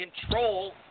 control